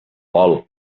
vol